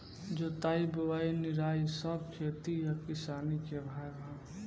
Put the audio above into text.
जोताई बोआई निराई सब खेती आ किसानी के भाग हा